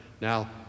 Now